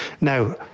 Now